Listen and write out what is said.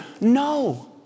No